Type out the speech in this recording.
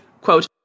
quote